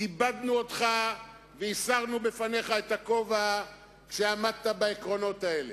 כיבדנו אותך והסרנו בפניך את הכובע כשעמדת בעקרונות האלה.